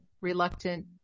reluctant